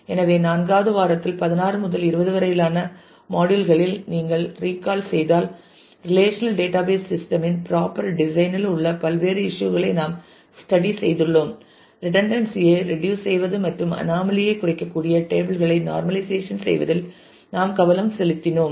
எனவே நான்காவது வாரத்தில் 16 முதல் 20 வரையிலான மாடியுல் களில் நீங்கள் ரீகால் செய்தால் ரிலேஷனல் டேட்டாபேஸ் சிஸ்டம் இன் பிராப்பர் டிசைன் இல் உள்ள பல்வேறு இஸ்யூ களை நாம் ஸ்டடி செய்துள்ளோம் ரிடன்டன்ஸி ஐ ரெடியூஸ் செய்வது மற்றும் அனாமலி ஐ குறைக்கக்கூடிய டேபிள் களை நார்மலைசேசன் செய்வதில் நாம் கவனம் செலுத்தினோம்